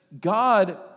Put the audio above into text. God